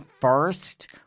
first